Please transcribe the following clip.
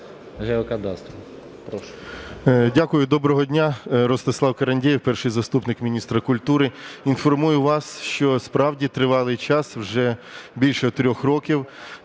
Дякую. Доброго дня. Ростислав Карандєєв, перший заступник міністра культури. Інформую вас, що справді тривалий час, вже більше трьох років,